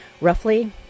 roughly